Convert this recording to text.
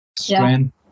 strength